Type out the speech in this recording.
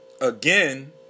Again